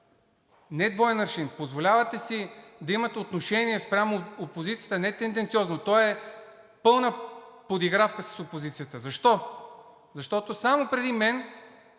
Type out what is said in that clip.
не двоен аршин, позволявате си да имате отношение спрямо опозицията. Не тенденциозно, то е пълна подигравка с опозицията. Защо? Защото само преди мен